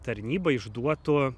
tarnyba išduotų